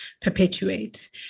perpetuate